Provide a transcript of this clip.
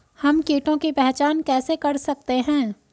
हम कीटों की पहचान कैसे कर सकते हैं?